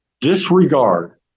Disregard